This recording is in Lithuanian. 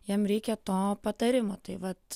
jam reikia to patarimo tai vat